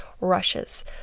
rushes